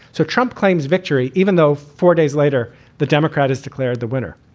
so trump claims victory, even though four days later the democrat is declared the winner.